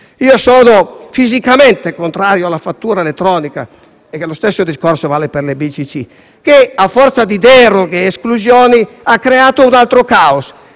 Sono fisicamente contrario alla fattura elettronica - e lo stesso discorso vale per le BCC - perché, a forza di deroghe ed esclusioni, ha creato un altro caos.